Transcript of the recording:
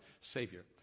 Savior